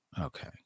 Okay